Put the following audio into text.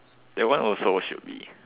that one also should be